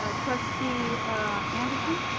ah trustee anderson.